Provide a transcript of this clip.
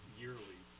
yearly